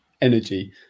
energy